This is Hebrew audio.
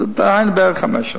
דהיינו, בערך חמש שנים.